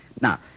Now